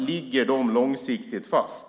Ligger de långsiktigt fast?